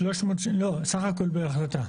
סך הכול בהחלטה?